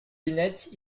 lunettes